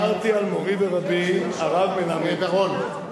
דיברתי על מורי ורבי, הרב מלמד, רוני בר-און.